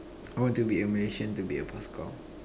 I want to be a Malaysian to be a bus cow